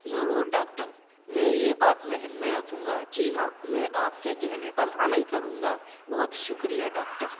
ضرور ڈاکٹر میں یہ بات ذہن میں رکھوں گا جی ہاں میں آپ کے کہنے پر عمل کروں گا بہت شکریہ ڈاکٹر